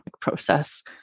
process